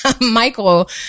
michael